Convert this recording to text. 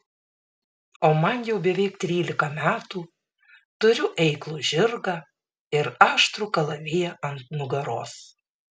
o man jau beveik trylika metų turiu eiklų žirgą ir aštrų kalaviją ant nugaros